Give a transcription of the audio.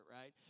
right